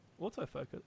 Autofocus